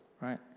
Right